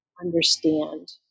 understand